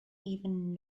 even